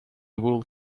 wool